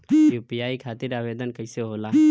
UPI खातिर आवेदन कैसे होला?